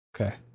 Okay